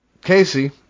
Casey